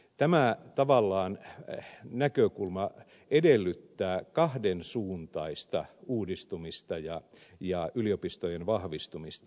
tämä näkökulma tavallaan edellyttää kahdensuuntaista uudistumista ja yliopistojen vahvistumista